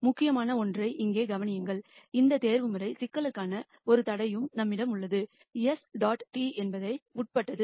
முக்கியமான ஒன்றை இங்கே கவனியுங்கள் இந்த ஆப்டிமைசேஷன் சிக்கலுக்கான ஒரு தடையும்கான்ஸ்டரைண்ட் நம்மிடம் உள்ளது s dot t என்பதை உட்பட்டது